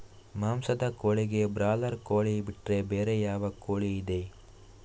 ಮಾಂಸದ ಕೋಳಿಗೆ ಬ್ರಾಲರ್ ಕೋಳಿ ಬಿಟ್ರೆ ಬೇರೆ ಯಾವ ಕೋಳಿಯಿದೆ?